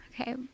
Okay